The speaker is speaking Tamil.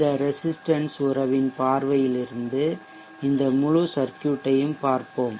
இந்த ரெசிஸ்டன்ஷ் உறவின் பார்வையில் இருந்து இந்த முழு சர்க்யூட்டையும் பார்ப்போம்